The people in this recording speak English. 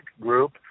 group